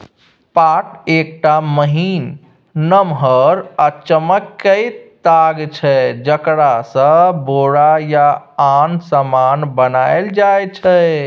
पाट एकटा महीन, नमहर आ चमकैत ताग छै जकरासँ बोरा या आन समान बनाएल जाइ छै